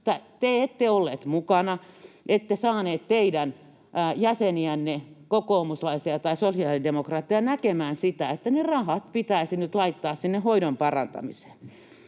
Te ette olleet mukana. Ette saaneet teidän jäseniänne, kokoomuslaisia tai sosiaalidemokraatteja, näkemään sitä, että ne rahat pitäisi nyt laittaa hoidon parantamiseen.